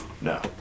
No